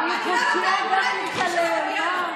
היא לא תקלל אותך על בימת הכנסת.